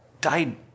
died